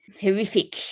horrific